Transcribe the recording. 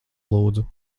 lūdzu